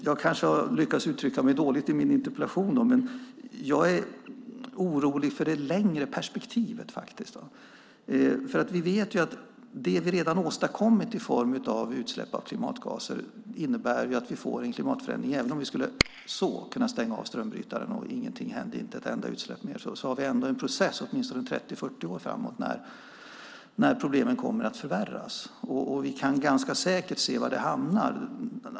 Jag kanske har uttryckt mig dåligt i min interpellation, men jag är orolig för det längre perspektivet. Vi vet att det vi redan har åstadkommit i form av utsläpp av klimatgaser innebär att vi får en klimatförändring. Även om vi skulle kunna stänga av strömbrytaren så att ingenting händer och det inte blir ett enda utsläpp till har vi en process under åtminstone 30-40 år framåt när problemen kommer att förvärras. Vi kan ganska säkert se var det hamnar.